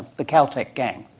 the caltech gang,